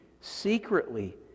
secretly